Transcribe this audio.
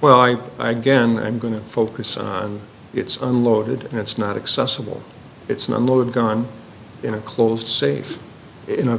well i i gan i'm going to focus on it's unloaded and it's not accessible it's not a loaded gun in a closed safe in a